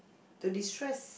to destress